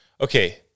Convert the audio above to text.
Okay